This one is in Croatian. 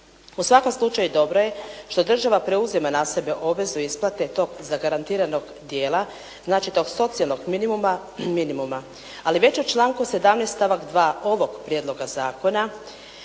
U svakom slučaju dobro je što država preuzima na sebe obvezu isplate tog zagarantiranog dijela, znači tog socijalnog minimuma. Ali već u članku 17. stavak 2. ovog prijedloga zakona